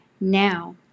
now